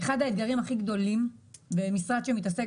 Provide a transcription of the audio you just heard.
אחד האתגרים הכי גדולים במשרד שמתעסק